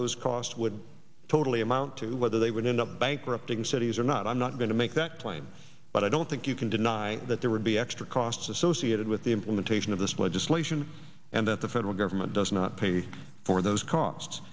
those costs would totally amount to whether they would end up bankrupting cities or not i'm not going to make that claim but i don't think you can deny that there would be extra costs associated with the implementation of this legislation and that the federal government does not pay for those cost